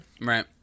Right